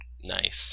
Nice